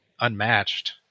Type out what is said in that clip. Unmatched